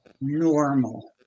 normal